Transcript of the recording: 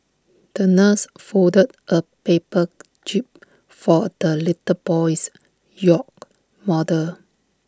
the nurse folded A paper jib for the little boy's yacht model